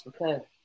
Okay